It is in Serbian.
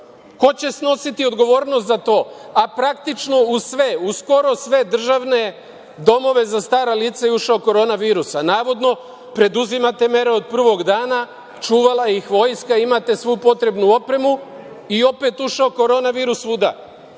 Ko će snositi odgovornost za to? A praktično u sve, skoro sve državne domove za stara lica je ušao koronavirus, a navodno preduzimate mere od prvog dana, čuvala ih vojska, imate svu potrebnu opremu i opet ušao koronavirus svuda.